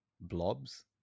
blobs